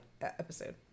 episode